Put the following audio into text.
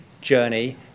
journey